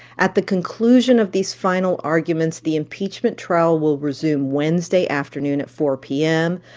at the conclusion of these final arguments, the impeachment trial will resume wednesday afternoon at four p m,